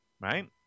Right